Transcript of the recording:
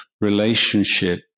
relationship